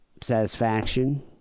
satisfaction